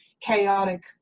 chaotic